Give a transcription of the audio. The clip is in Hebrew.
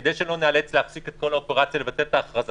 כדי שלא נאלץ להפסיק את כל האופרציה לבטל את כל ההכרזה